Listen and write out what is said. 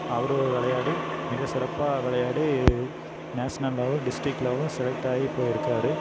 அவர் விளையாடி மிகச் சிறப்பாக விளையாடி நேஷ்னல் லெவல் டிஸ்டிக் லெவலும் செலக்ட் ஆகி போயிருக்கார்